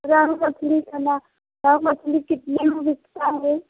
रोहू मछली खना रोहू मछली कितने में बिकता है